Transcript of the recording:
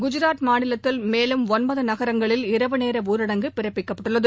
குஜாத் மாநிலத்தில் மேலும் ஒன்பதுநகரங்களில் இரவுநேரஊரடங்கு பிறப்பிக்கப்பட்டுள்ளது